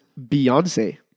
Beyonce